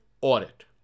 audit